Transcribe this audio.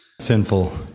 sinful